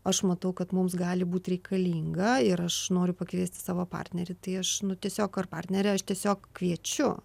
aš matau kad mums gali būti reikalinga ir aš noriu pakviesti savo partnerį tai aš nu tiesiog ar partnerę aš tiesiog kviečiu